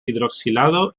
hidroxilado